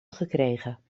gekregen